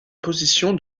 position